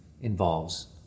involves